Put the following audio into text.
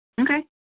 Okay